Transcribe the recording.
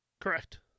Correct